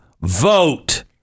vote